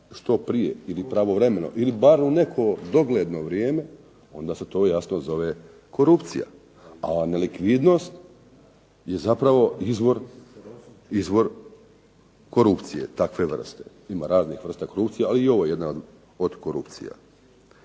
što prije ili pravovremeno ili bar u neko dogledno vrijeme onda se to jasno zove korupcija, a nelikvidnost je zapravo izvor korupcije takve vrste. Ima raznih vrsta korupcije, ali i ovo je jedna od korupcija.